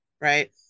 right